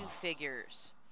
figures